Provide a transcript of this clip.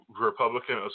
Republican